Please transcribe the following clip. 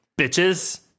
Bitches